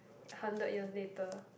hundred years later